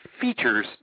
features